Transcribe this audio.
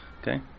okay